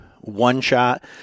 one-shot